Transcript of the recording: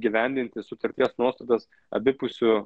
įgyvendinti sutarties nuostatas abipusiu